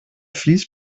fleece